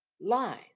lies